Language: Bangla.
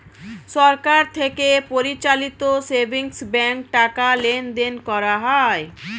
সরকার থেকে পরিচালিত সেভিংস ব্যাঙ্কে টাকা লেনদেন করা হয়